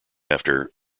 after